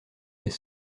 les